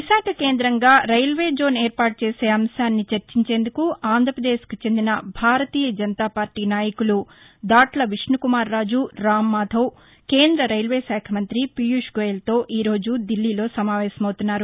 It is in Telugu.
విశాఖ కేందంగా రైల్వేజోన్ ఏర్పాటు చేసే అంశాన్ని చర్చించేందుకు ఆంధ్రపదేశ్కు చెందిన భారతీయ జనతా పార్టీ నాయకులు దాట్ల విష్ణకుమార్ రాజు రామ్మాధవ్ కేంద్ర రైల్వే శాఖ మంతి పియూష్గోయల్తో ఈరోజు ధిల్లీలో సమావేశం అవుతున్నారు